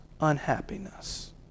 unhappiness